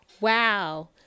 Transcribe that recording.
Wow